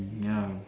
ya